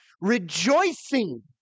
rejoicing